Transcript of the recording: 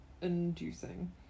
inducing